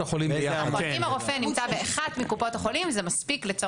אם הרופא נמצא באחת מקופות החולים זה מספיק.